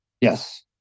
Yes